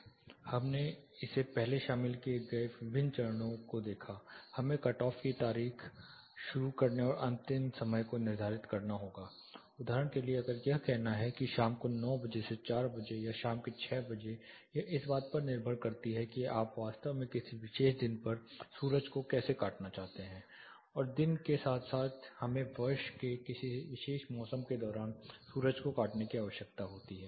हमने इसे पहले शामिल किए गए विभिन्न चरणों को देखा हमें कटऑफ की तारीख शुरू करने और अंतिम समय को निर्धारित करना होगा उदाहरण के लिए अगर यह कहना है कि शाम को 9 बजे से 4 बजे या शाम के 6 बजे यह इस बात पर निर्भर करती है कि आप वास्तव में किसी विशेष दिन पर सूरज को कैसे काटना चाहते हैं और दिन के साथ साथ जब हमें वर्ष के किसी विशेष मौसम के दौरान सूरज को काटने की आवश्यकता होती है